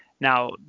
Now